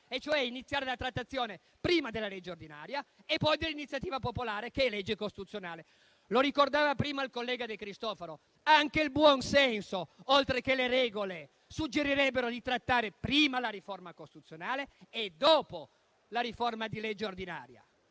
iniziare prima la trattazione del disegno di legge ordinario e poi di quello di iniziativa popolare, che è legge costituzionale. Lo ricordava prima il collega De Cristofaro: anche il buon senso, oltre che le regole, suggerirebbero di trattare prima una riforma costituzionale e dopo una legge ordinaria.